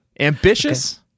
Ambitious